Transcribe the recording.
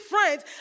friends